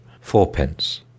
fourpence